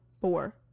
four